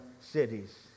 cities